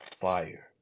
fire